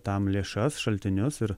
tam lėšas šaltinius ir